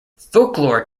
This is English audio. folklore